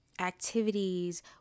activities